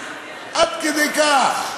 עד כדי כך.